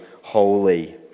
holy